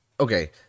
Okay